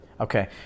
Okay